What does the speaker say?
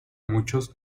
muchos